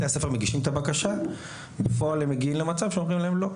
בתי הספר מגישים את הבקשה ואומרים להם: ״לא,